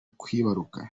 kwibaruka